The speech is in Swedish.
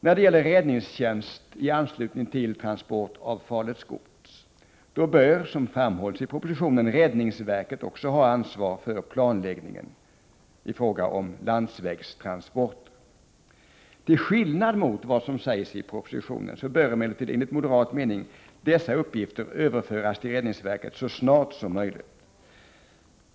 När det gäller räddningstjänst i anslutning till transport av farligt gods bör, som framhålls i propositionen, räddningsverket ha ansvar för planläggningen i fråga om landsvägstransporter. Till skillnad mot vad som sägs i propositionen bör emellertid enligt moderat mening dessa uppgifter överföras till räddningsverket så snart som möjligt.